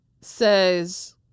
says